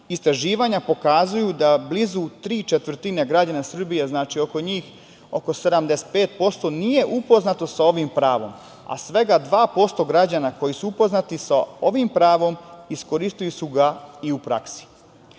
istraživanja pokazuju da blizu tri četvrtine građana Srbije, znači oko 75% nije upoznato sa ovim pravom, a svega 2% građana koji su upoznati sa ovim pravom iskoristili su ga i u praksi. Kada